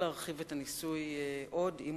אם גם הפעם יוכתר הניסוי בהצלחה, נרחיבו עוד, או,